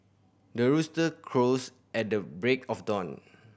the rooster crows at the break of dawn